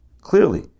clearly